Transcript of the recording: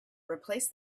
replace